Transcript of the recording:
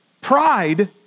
Pride